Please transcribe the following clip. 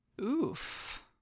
Oof